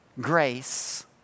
grace